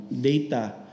data